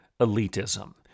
elitism